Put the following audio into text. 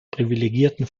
privilegierten